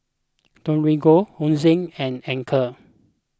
Torigo Hosen and Anchor